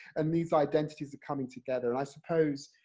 and these identities are coming together, and i suppose,